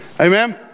Amen